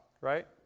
right